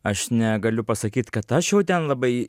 aš negaliu pasakyt kad aš jau ten labai